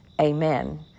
amen